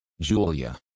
Julia